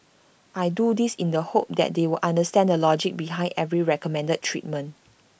I do this in the hope that they will understand the logic behind every recommended treatment